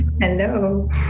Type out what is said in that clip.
hello